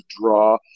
draw